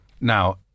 Now